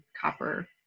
copper